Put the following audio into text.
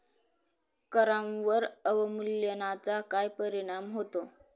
करांवर अवमूल्यनाचा काय परिणाम होतो?